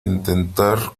intentar